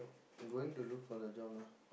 going to look for the job ah